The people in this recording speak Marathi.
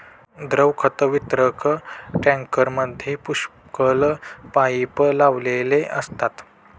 द्रव खत वितरक टँकरमध्ये पुष्कळ पाइप लावलेले असतात